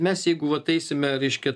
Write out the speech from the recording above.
mes jeigu vat eisime reiškia